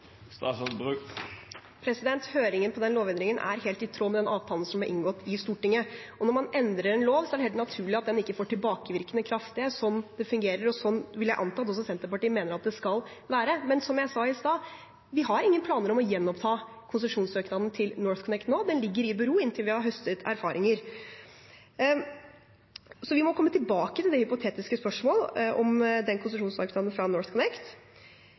Høringen til den lovendringen er helt i tråd med den avtalen som ble inngått i Stortinget. Når man endrer en lov, er det helt naturlig at den ikke får tilbakevirkende kraft. Det er slik det fungerer, og slik vil jeg anta at også Senterpartiet mener at det skal være. Men, som jeg sa i stad: Vi har ingen planer om å gjenoppta konsesjonssøknaden til NorthConnect nå. Den ligger i bero inntil vi har høstet erfaringer. Vi må komme tilbake til det hypotetiske spørsmålet om konsesjonssøknaden fra NorthConnect.